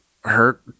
Hurt